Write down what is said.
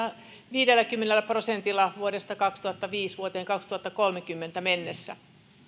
viidelläkymmenellä prosentilla vuodesta kaksituhattaviisi vuoteen kaksituhattakolmekymmentä mennessä